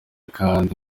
kandi